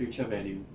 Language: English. future value